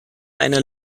einer